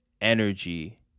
energy